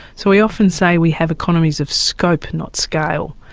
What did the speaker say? so we often say we have economies of scope not scale,